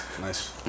Nice